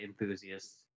enthusiasts